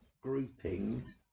grouping